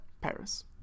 Paris